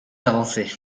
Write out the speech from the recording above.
d’avancer